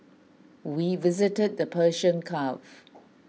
we visited the Persian Gulf